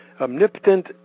omnipotent